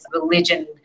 religion